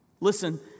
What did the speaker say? Listen